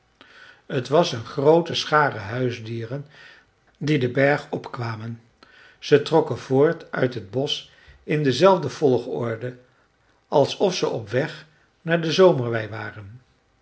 t was een groote schare huisdieren die den berg opkwamen ze trokken voort uit het bosch in dezelfde volgorde alsof ze op weg naar de zomerwei waren